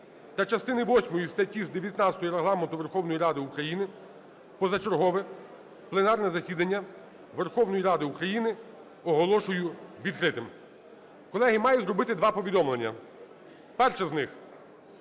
та частини восьмої статті 19 Регламенту Верховної Ради України позачергове пленарне засідання Верховної Ради України оголошую відкритим. Колеги, маю зробити два повідомлення. Перше з них: